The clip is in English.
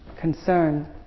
concern